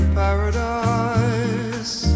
paradise